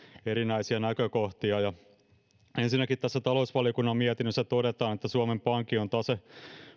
erinäisiä näkökohtia ensinnäkin tässä talousvaliokunnan mietinnössä todetaan että suomen pankin tase